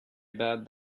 about